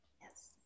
Yes